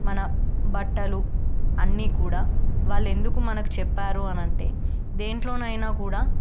మన బట్టలు అన్ని కూడా వాళ్ళు ఎందుకు మనకు చెప్పారు అంటే దేంట్లో అయినా కూడా